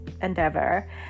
endeavor